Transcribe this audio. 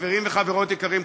חברים וחברות יקרים,